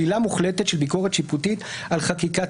שלילה מוחלטות של ביקורת שיפוטית על חקיקת